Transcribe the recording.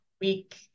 week